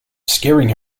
scaring